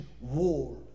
war